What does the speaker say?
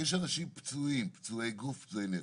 יש אנשים פצועים - פצועי גוף ופצועי נפש.